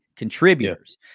contributors